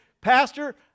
Pastor